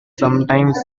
sometimes